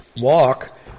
Walk